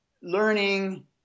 learning